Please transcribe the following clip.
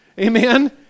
Amen